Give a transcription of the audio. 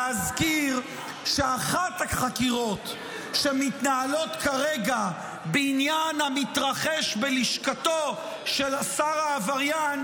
להזכיר שאחת החקירות שמתנהלות כרגע בעניין המתרחש בלשכתו של השר העבריין